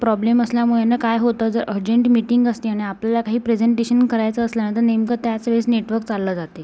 problem असल्यामुळे ना काय होतं जर अहर्जंट मिटींग असती आणि आपल्याला काही प्रेजेंटेशन करायचं असलं ना तर नेमकं त्याच वेळेस नेटवर्क चालला जाते